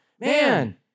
Man